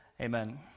Amen